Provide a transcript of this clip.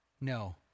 No